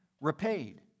repaid